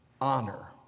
honor